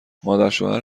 مادرشوهر